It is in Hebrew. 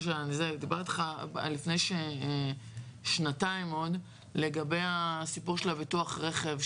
דיברתי איתך לפני שנתיים לגבי הסיפור של ביטוח רכב,